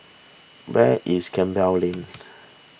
where is Campbell Lane